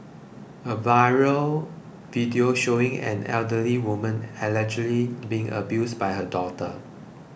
a viral video showing an elderly woman allegedly being abused by her daughter